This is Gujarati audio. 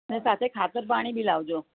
અને સાથે ખાતર પાણી બી લાવજો